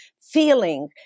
feeling